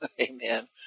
amen